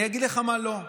אני אגיד לך מה לא.